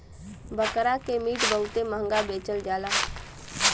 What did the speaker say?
बकरा के मीट बहुते महंगा बेचल जाला